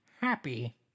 happy